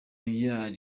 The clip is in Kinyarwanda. royal